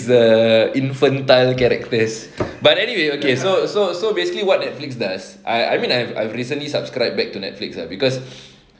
the infant tyler characters but anyway okay so so so basically what Netflix does I I mean I've I've recently subscribed back to Netflix lah cause